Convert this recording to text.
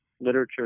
literature